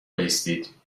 بایستید